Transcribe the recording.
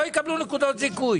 לא יקבלו נקודות זיכוי.